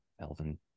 elven